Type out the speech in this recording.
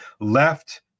left